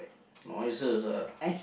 noises lah